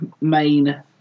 main